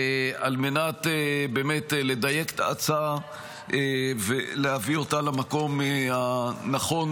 על מנת באמת לדייק את ההצעה ולהביא אותה למקום הנכון,